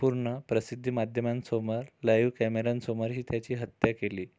पूर्ण प्रसिद्धी माध्यमांसमोर लाइव्ह कॅमेरांसमोर ही त्याची हत्या केली